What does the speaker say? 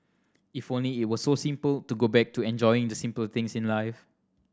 if only it were so simple to go back to enjoying the simple things in life